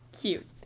cute